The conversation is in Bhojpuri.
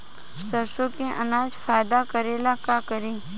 सरसो के अनाज फायदा करेला का करी?